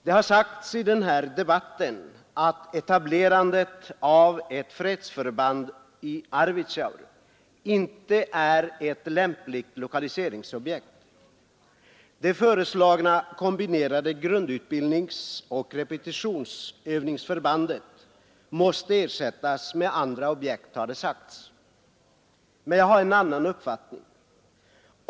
Det har sagts i denna debatt att etablerandet av ett fredsförband i Arvidsjaur inte är ett lämpligt lokaliseringsobjekt. Det föreslagna kom binerade grundutbildningsoch repetitionsövningsförbandet måste ersättas med andra objekt, har det sagts. Men jag har en annan mening.